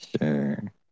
Sure